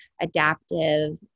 adaptive